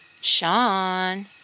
Sean